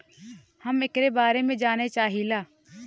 हम एकरे बारे मे जाने चाहीला?